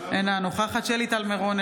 אינה נוכחת שלי טל מירון,